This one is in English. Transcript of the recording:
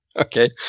Okay